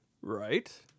Right